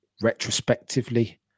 retrospectively